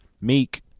Meek